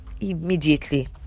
immediately